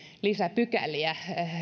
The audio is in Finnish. lisäpykäliä